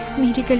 meet he